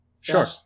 Sure